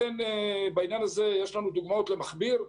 בעניין הזה יש לנו דוגמאות למכביר.